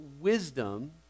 wisdom